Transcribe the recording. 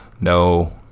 No